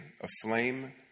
aflame